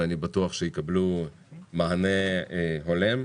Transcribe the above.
ואני בטוח שהם יקבלו מענה הולם.